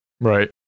Right